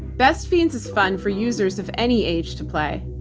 best fiends is fun for users of any age to play.